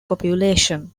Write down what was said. population